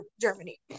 Germany